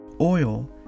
Oil